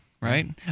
right